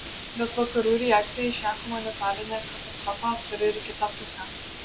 bet vakarų reakcija į šią humanitarinę katastrofą turi ir kitą pusę